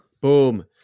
boom